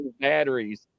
Batteries